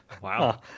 Wow